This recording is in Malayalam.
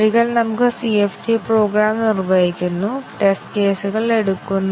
പക്ഷേ MCDC കവറേജ് നേടാൻ കഴിയുന്ന നിരവധി ടെസ്റ്റ് കേസുകൾ ഉണ്ടാകാം